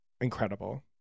incredible